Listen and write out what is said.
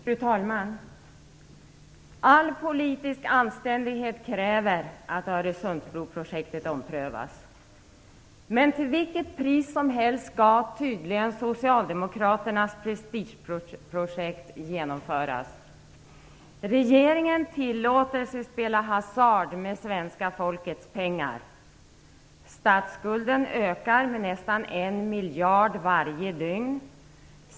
Fru talman! All politisk anständighet kräver att Öresundsbroprojektet omprövas. Men till vilket pris som helst skall tydligen socialdemokraternas prestigeprojekt genomföras. Med regeringens tillåtelse spelas det hasard med svenska folkets pengar. Statsskulden ökar med nästan 1 miljard varje dygn.